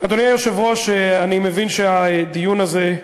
אדוני היושב-ראש, אני מבין שהדיון הזה,